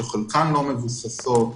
שחלקן לא מבוססות,